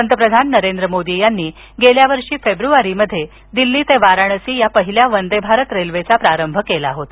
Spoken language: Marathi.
पंतप्रधान नरेंद्र मोदी यांनी गेल्या वर्षी फेब्रुवारीमध्ये दिल्ली ते वाराणसी या पहिल्या वंदेभारत रेल्वेचा प्रारंभ केला होता